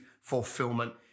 fulfillment